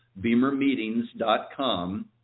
BeamerMeetings.com